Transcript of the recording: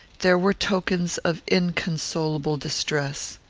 there were tokens of inconsolable distress.